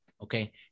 Okay